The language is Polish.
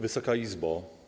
Wysoka Izbo!